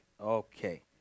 Okay